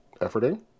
efforting